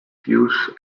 used